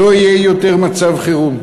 לא יהיה יותר מצב חירום.